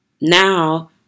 Now